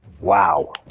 Wow